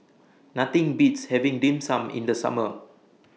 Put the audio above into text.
Nothing Beats having Dim Sum in The Summer